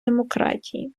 демократії